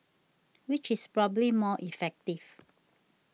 which is probably more effective